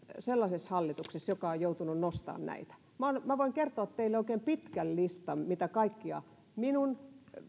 sellaisessa hallituksessa joka on joutunut nostamaan näitä minä voin kertoa teille oikein pitkän listan mitä kaikkea minun